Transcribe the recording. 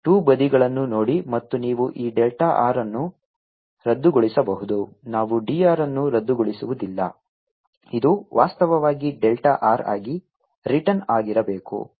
2 ಬದಿಗಳನ್ನು ನೋಡಿ ಮತ್ತು ನೀವು ಈ ಡೆಲ್ಟಾ r ಅನ್ನು ರದ್ದುಗೊಳಿಸಬಹುದು ನಾವು dr ಅನ್ನು ರದ್ದುಗೊಳಿಸುವುದಿಲ್ಲ ಇದು ವಾಸ್ತವವಾಗಿ ಡೆಲ್ಟಾ r ಆಗಿ ರಿಟರ್ನ್ಸ್ ಆಗಿರಬೇಕು